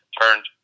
turned